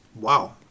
Wow